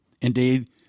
Indeed